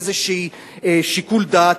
איזה שיקול דעת,